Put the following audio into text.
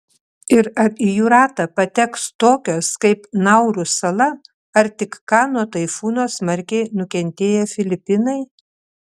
ir ar į jų ratą pateks tokios kaip nauru sala ar tik ką nuo taifūno smarkiai nukentėję filipinai